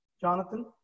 Jonathan